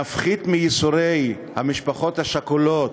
נפחית את ייסורי המשפחות השכולות,